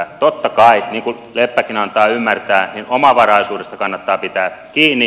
totta kai niin kuin leppäkin antaa ymmärtää omavaraisuudesta kannattaa pitää kiinni